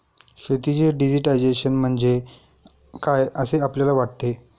शेतीचे डिजिटायझेशन म्हणजे काय असे आपल्याला वाटते?